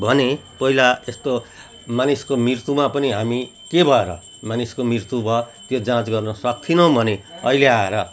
भने पहिला यस्तो मानिसको मृत्युमा पनि हामी के भएर मानिसको मृत्यु भयो त्यो जाँच गर्न सक्थेनौँ भने अहिले आएर